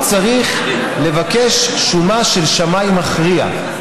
הוא צריך לבקש שומה של שמאי מכריע.